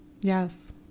Yes